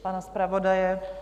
Pana zpravodaje?